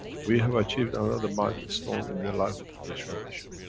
we have achieved another milestone in the life of the keshe foundation.